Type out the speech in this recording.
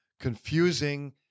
confusing